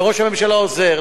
וראש הממשלה עוזר.